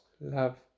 love